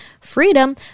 freedom